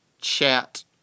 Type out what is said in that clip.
chat